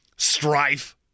strife